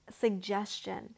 suggestion